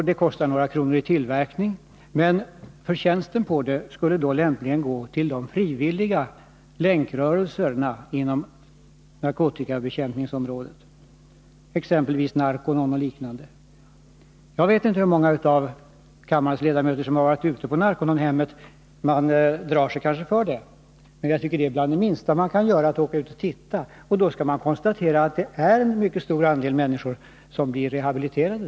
Det kostar några kronor i tillverkning, men det blir trots allt en liten förtjänst. Denna skulle lämpligen gå till de frivilliga länkrörelserna inom narkotika Jag vet inte hur många av kammarens ledamöter som har varit ute och sett på Narcononhemmet. Man drar sig kanske för ett besök, men bland det minsta man kan göra är att åka dit ut. Man kan då konstatera att det är en mycket stor andel människor som där blir rehabiliterade.